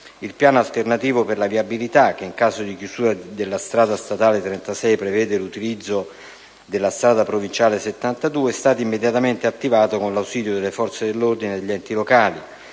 Il piano alternativo per la viabilità, che in caso di chiusura della strada statale 36 prevede l'utilizzo della strada provinciale 72, è stato immediatamente attivato con l'ausilio delle forze dell'ordine e degli enti locali;